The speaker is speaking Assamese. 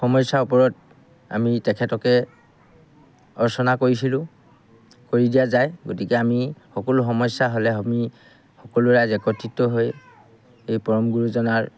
সমস্যাৰ ওপৰত আমি তেখেতকে অৰ্চনা কৰিছিলোঁ কৰি দিয়া যায় গতিকে আমি সকলো সমস্যা হ'লে সকলো ৰাইজ একত্ৰিত হৈ এই পৰম গুৰুজনাৰ